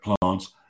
plants